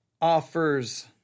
offers